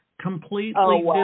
completely